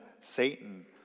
Satan